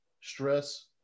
stress